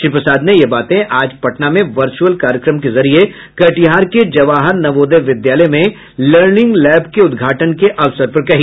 श्री प्रसाद ने यह बातें आज पटना में वर्चुअल कार्यक्रम के जरिये कटिहार के जवाहर नवोदय विद्यालय में लर्निंग लैब के उद्घाटन के अवसर पर कहीं